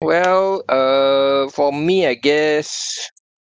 well uh for me I guess